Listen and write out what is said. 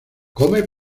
come